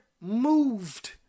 moved